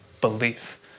belief